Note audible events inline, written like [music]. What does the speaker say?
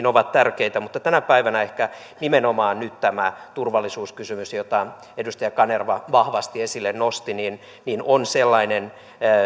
[unintelligible] ovat tärkeitä mutta tänä päivänä ehkä nimenomaan nyt tämä turvallisuuskysymys jota edustaja kanerva vahvasti esille nosti on sellainen